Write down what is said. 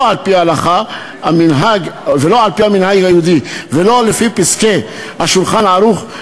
על-פי ההלכה ולא על-פי המנהג היהודי ולא לפי פסקי ה"שולחן ערוך",